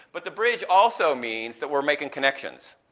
but the bridge also means that we're making connections.